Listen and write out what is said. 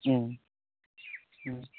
उम उम